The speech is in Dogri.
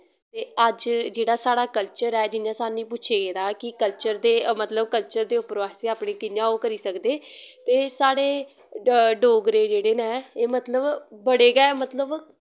ते अज जेह्ड़ा साढ़ा कल्चर ऐ जियां साह्नी पुच्छे गेदा कि कल्चर ते मतलव कल्चर दे उप्परो असें अपनी कियां ओह् करी सकदे ते साढ़े ड डोगरे जेह्ड़े नै एह् मतलव बड़े गै मतलव